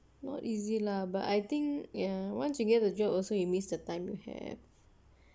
not easy lah but I think ya once you get the job also you miss the time you have